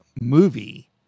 movie